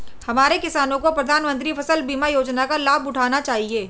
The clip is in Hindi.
हमारे किसानों को प्रधानमंत्री फसल बीमा योजना का लाभ उठाना चाहिए